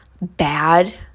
bad